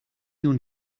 nun